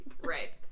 Right